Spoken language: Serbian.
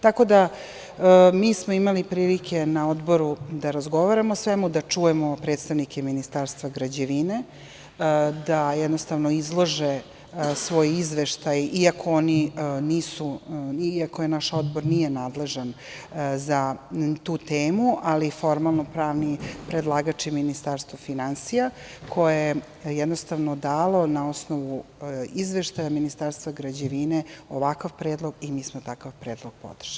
Tako da mi smo imali prilike na Odboru da razgovaramo o svemu, da čujemo predstavnike Ministarstva građevine, da jednostavno izlože svoj izveštaj i ako je naš Odbor nije nadležan za tu temu, ali formalno pravni predlagač i Ministarstvo finansija, koje je jednostavno dalo na osnovu izveštaja Ministarstva građevine ovakav predlog i mi smo takav predlog podržali.